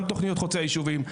גם תוכניות חוצי היישובים.